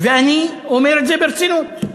ואני אומר את זה ברצינות.